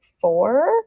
four